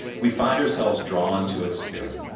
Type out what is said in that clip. we find ourselves drawn to a spirit.